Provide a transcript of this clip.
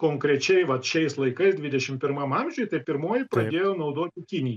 konkrečiai vat šiais laikais dvidešim pirmam amžiuj tai pirmoji pradėjo naudot kinija